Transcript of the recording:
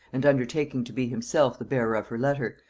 and undertaking to be himself the bearer of her letter,